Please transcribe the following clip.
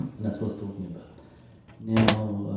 and that's what's talking about now